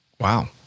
Wow